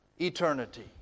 eternity